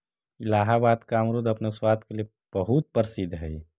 इलाहाबाद का अमरुद अपने स्वाद के लिए बहुत प्रसिद्ध हई